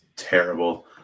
terrible